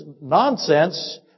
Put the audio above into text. nonsense